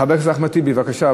חבר הכנסת אחמד טיבי, בבקשה.